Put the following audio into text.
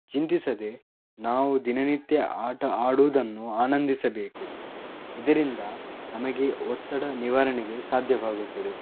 ಚಿಂತಿಸದೆ ನಾವು ದಿನನಿತ್ಯ ಆಟ ಆಡುವುದನ್ನು ಆನಂದಿಸಬೇಕು ಇದರಿಂದ ನಮಗೆ ಒತ್ತಡ ನಿವಾರಣೆಗೆ ಸಾಧ್ಯವಾಗುತ್ತದೆ